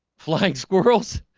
flying squirrels